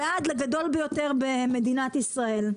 ועד לגדול ביותר במדינת ישראל.